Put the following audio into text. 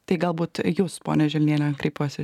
tai galbūt jus ponia želniene kreipiuosi